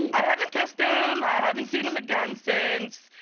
i haven't kissed ah him. i haven't seen him again since.